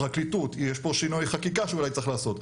פרקליטות, יש פה שינוי חקיקה שאולי צריך לעשות.